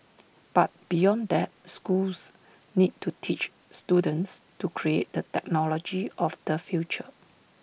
but beyond that schools need to teach students to create the technology of the future